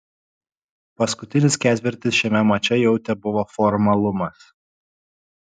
paskutinis ketvirtis šiame mače jau tebuvo formalumas